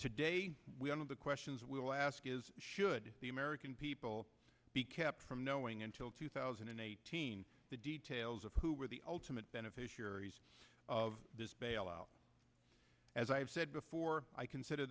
today we all know the questions we will ask is should the american people be kept from knowing until two thousand and eighteen the details of who are the ultimate beneficiaries of this bailout as i have said before i consider